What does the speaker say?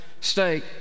state